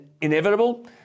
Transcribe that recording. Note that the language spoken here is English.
inevitable